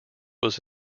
was